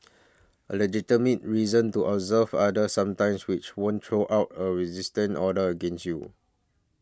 a legitimate reason to observe other sometimes which won't throw out a resistent order against you